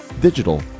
digital